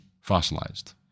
fossilized